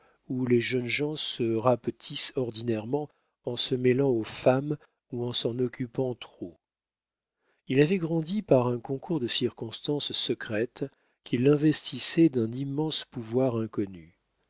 où les jeunes gens se rapetissent ordinairement en se mêlant aux femmes ou en s'en occupant trop il avait grandi par un concours de circonstances secrètes qui l'investissaient d'un immense pouvoir inconnu